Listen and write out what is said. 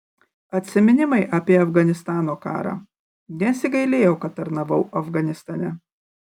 atsiminimai apie afganistano karą nesigailėjau kad tarnavau afganistane